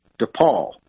DePaul